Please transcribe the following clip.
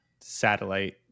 satellite